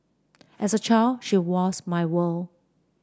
as a child she was my world